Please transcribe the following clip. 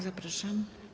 Zapraszam.